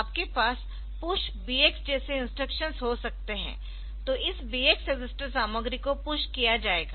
आपके पास Push BX जैसे इंस्ट्रक्शंस हो सकते है तो इस BX रजिस्टर सामग्री को पुश किया जाएगा